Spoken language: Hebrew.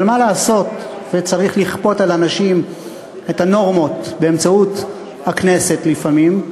אבל מה לעשות וצריך לכפות על אנשים את הנורמות באמצעות הכנסת לפעמים.